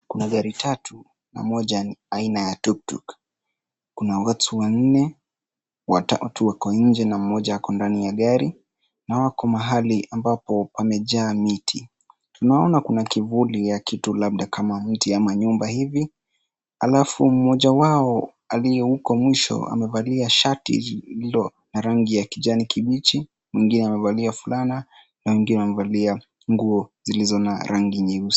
Kuna gari tatu, na moja ni aina ya tuktuk. Kuna watu wanne, watatu wako nje na mmoja ako ndani ya gari na wako mahali ambapo pamejaa miti. Tunaona kuna kivuli ya kitu labda kama mti ama nyumba hivi, alafu mmoja wao aliye huko mwisho amevalia shati lililo na rangi ya kijani kibichi, mwingine amevalia fulana na mwingine amevalia nguo zilizo na rangi nyeusi.